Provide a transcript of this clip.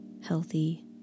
healthy